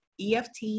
EFT